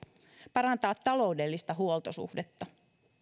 parantaa taloudellista huoltosuhdetta